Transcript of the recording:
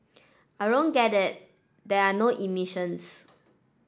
I don't get it there are no emissions